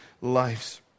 lives